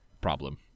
problem